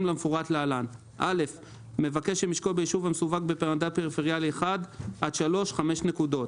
למפורט להלן: מבקש שמשקו ביישוב המסווג במדד פריפריאלי 1 עד 3 5 נקודות,